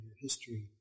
history